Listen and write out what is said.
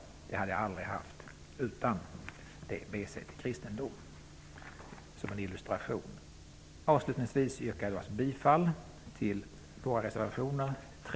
Det hade jag aldrig haft utan BC i kristendom. Detta som en illustration. Jag yrkar avslutningsvis bifall till våra reservationer